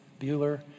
Bueller